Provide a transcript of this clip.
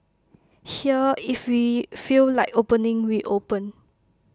here if we feel like opening we open